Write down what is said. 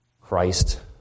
Christ